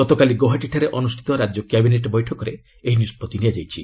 ଗତକାଲି ଗୌହାଟୀଠାରେ ଅନୁଷ୍ଠିତ ରାଜ୍ୟ କ୍ୟାବିନେଟ୍ ବୈଠକରେ ଏହି ନିଷ୍ପଭି ନିଆଯାଇଛି